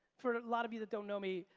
for a lot of you that don't know me,